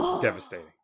devastating